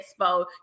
Expo